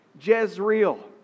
Jezreel